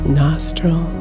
nostril